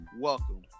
welcome